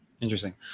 Interesting